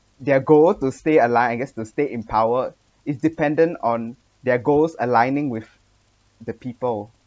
their goal to stay align I guess to stay in power is dependant on their goals aligning with the people